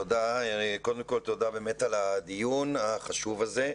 קודם כל תודה על הדיון החשוב הזה,